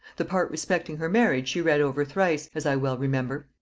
the part respecting her marriage she read over thrice, as i well remember,